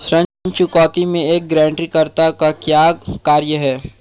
ऋण चुकौती में एक गारंटीकर्ता का क्या कार्य है?